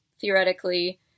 theoretically